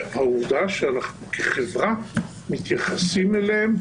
והעובדה שאנחנו כחברה מתייחסים אליהם